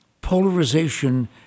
polarization